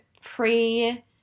pre